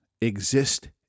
exist